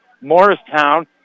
Morristown